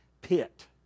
pit